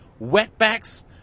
wetbacks